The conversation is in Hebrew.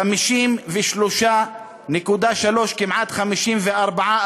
53.3%, כמעט 54%,